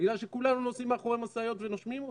בגלל שכולנו נוסעים מאחורי משאיות ונושמים אותן,